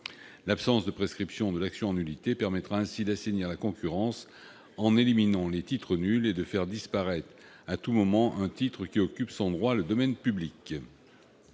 L'absence de prescription de l'action en nullité permettra d'assainir la concurrence, en éliminant les titres nuls, et de faire disparaître à tout moment un titre qui occupe sans droit le domaine public.